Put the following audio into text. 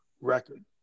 record